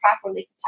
properly